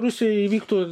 rusijoje įvyktų